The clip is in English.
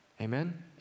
Amen